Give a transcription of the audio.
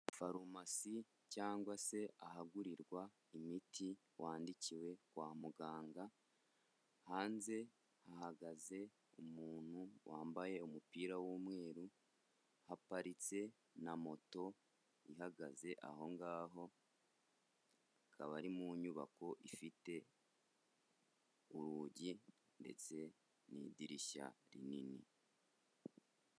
Farumasi cyangwa se ahagurirwa imiti wandikiwe kwa muganga. Hanze hahagaze umuntu wambaye umupira w'umweru, haparitse na moto ihagaze aho ngaho. Kaba ari mu nyubako ifite urugi ndetse n'idirishya rinini.